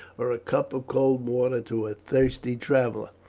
or a cup of cold water to a thirsty traveller.